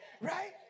Right